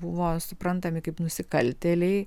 buvo suprantami kaip nusikaltėliai